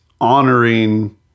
honoring